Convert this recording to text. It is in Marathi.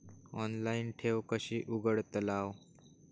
ऑनलाइन ठेव कशी उघडतलाव?